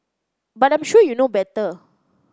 but I'm sure you know better